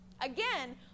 Again